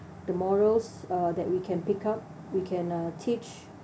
the morals uh that we can pick up we can uh teach